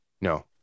no